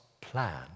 plan